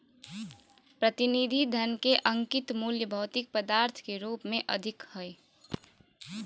प्रतिनिधि धन के अंकित मूल्य भौतिक पदार्थ के रूप में अधिक हइ